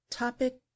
Topic